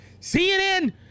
CNN